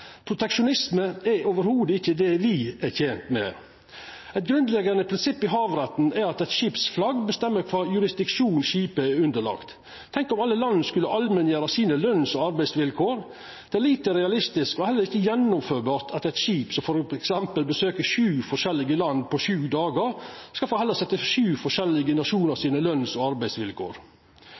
Proteksjonisme er ikkje i det heile det me er tente med. Eit grunnleggjande prinsipp i havretten er at flagget til eit skip bestemmer kva for jurisdiksjon skipet er underlagt. Tenk om alle land skulle allmenngjera sine løns- og arbeidsvilkår. Det er lite realistisk og heller ikkje mogleg å gjennomføra at eit skip som f.eks. besøkjer sju forskjellige land på sju dagar, skal takla sju forskjellige nasjonar sine løns- og arbeidsvilkår.